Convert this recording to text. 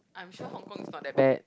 I'm sure Hong-Kong is not that bad